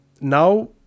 Now